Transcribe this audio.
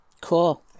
cool